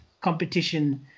competition